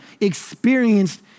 experienced